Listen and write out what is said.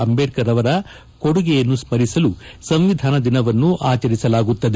ಅಂಬೇಡ್ತರ್ ಅವರ ಕೊಡುಗೆಯನ್ನು ಸ್ನಿಸಲು ಸಂವಿಧಾನ ದಿನವನ್ನು ಆಚರಿಸಲಾಗುತ್ತದೆ